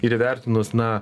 ir įvertinus na